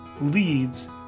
leads